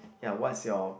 ya what's your